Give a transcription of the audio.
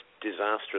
disastrous